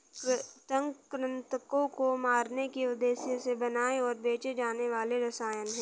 कृंतक कृन्तकों को मारने के उद्देश्य से बनाए और बेचे जाने वाले रसायन हैं